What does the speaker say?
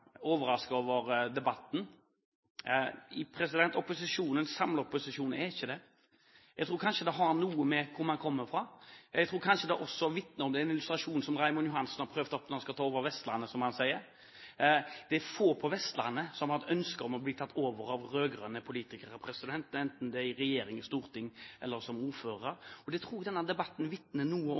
over debatten. Opposisjonen – en samlet opposisjon – er ikke det. Jeg tror kanskje det har noe å gjøre med hvor man kommer fra. Jeg tror kanskje også en illustrasjon som Raymond Johansen kom med, der han sier Arbeiderpartiet skal ta over Vestlandet, vitner om dette. Det er få på Vestlandet som har et ønske om å bli tatt over av rød-grønne politikere, enten de sitter i regjering og storting eller som ordførere. Det tror jeg også denne debatten vitner litt om.